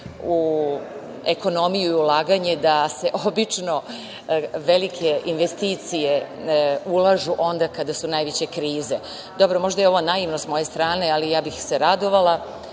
u ekonomiju i ulaganje da se obično velike investicije ulažu onda kada su najveće krize. Dobro, možda je ovo naivno sa moje strane, ali bih se radovala.